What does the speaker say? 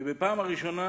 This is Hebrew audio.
ובפעם הראשונה